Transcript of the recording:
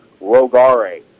Rogare